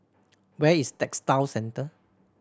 where is Textile Centre